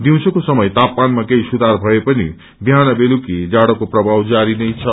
दिउँसोको समय तापमानमा केही सुधार ीए पनि विहान बेलुकी जाड़ोको प्रभाव जारी छ